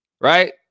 Right